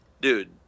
dude